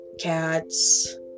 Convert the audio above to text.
Cats